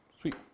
Sweet